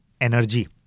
energy